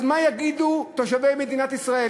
אז מה יגידו תושבי מדינת ישראל?